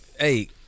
Hey